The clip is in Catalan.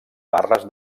barres